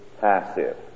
passive